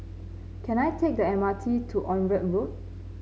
can I take the M R T to Onraet Road